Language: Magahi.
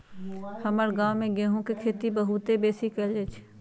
हमर गांव में गेहूम के खेती बहुते बेशी कएल जाइ छइ